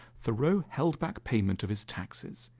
thoreau held back payment of his taxes.